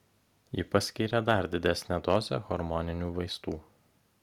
ji paskyrė dar didesnę dozę hormoninių vaistų